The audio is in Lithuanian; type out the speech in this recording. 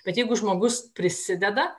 bet jeigu žmogus prisideda